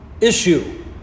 issue